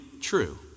true